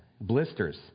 blisters